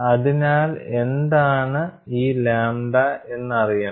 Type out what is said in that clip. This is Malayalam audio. അതിനാൽ എന്താണ് ഈ ലാംഡ എന്ന് അറിയണം